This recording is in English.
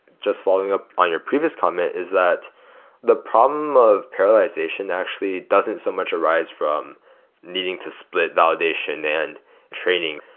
just following up on your previous comment, is that the problem of parallelization actually doesn't so much arise from needing to split validation and training.